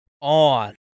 on